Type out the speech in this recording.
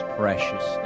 precious